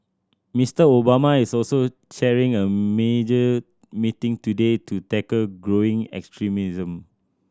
Mister Obama is also chairing a major meeting today to tackle growing extremism